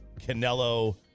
Canelo